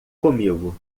comigo